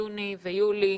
יוני ויולי.